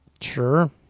sure